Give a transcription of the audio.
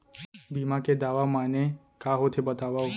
बीमा के दावा माने का होथे बतावव?